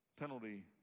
Penalty